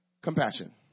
compassion